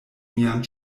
mian